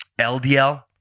LDL